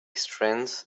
strength